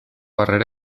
harrera